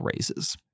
raises